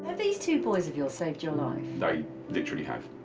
these two boys of yours saved your life? they literally have.